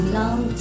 long